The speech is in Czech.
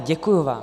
Děkuji vám.